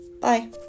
bye